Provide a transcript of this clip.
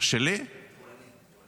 המשפט שלך, מטורללים.